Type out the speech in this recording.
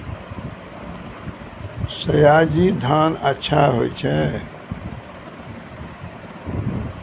सयाजी धान अच्छा होय छै?